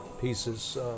pieces